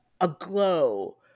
aglow